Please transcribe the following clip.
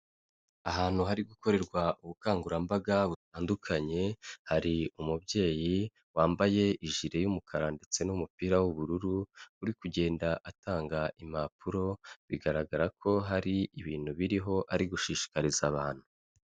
Ahantu hari gukorerwa ubukangurambaga butandukanye, hari umubyeyi wambaye ijire y'umukara ndetse n'umupira w'ubururu uri kugenda atanga impapuro, bigaragara ko hari ibintu biriho ari gushishikariza abantu.